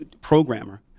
programmer